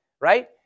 right